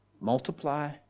Multiply